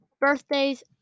birthdays